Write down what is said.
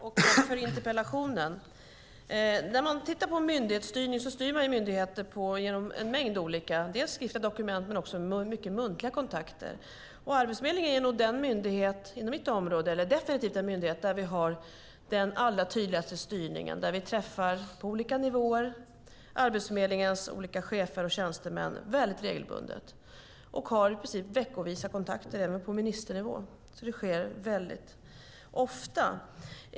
Herr talman! Tack för interpellationen. Om man tittar på myndighetsstyrning styr man myndigheten på en mängd olika sätt. Det sker med skriftliga dokument men också med mycket muntliga kontakter. Arbetsförmedlingen är definitivt den myndighet inom mitt område där vi har den allra tydligaste styrningen. Vi träffar på olika nivåer Arbetsförmedlingens olika chefer och tjänstemän väldigt regelbundet. Vi har i princip veckovisa kontakter även på ministernivå. Det sker väldigt ofta.